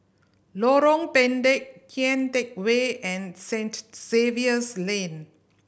Lorong Pendek Kian Teck Way and Saint Xavier's Lane